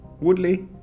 Woodley